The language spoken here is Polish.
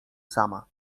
sama